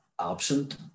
absent